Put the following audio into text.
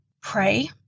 pray